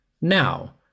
Now